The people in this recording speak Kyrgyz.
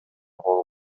кол